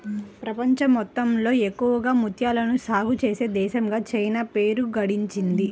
ప్రపంచం మొత్తంలో ఎక్కువగా ముత్యాలను సాగే చేసే దేశంగా చైనా పేరు గడించింది